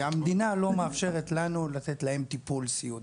המדינה לא מאפשרת לנו לתת להם טיפול סיעוד,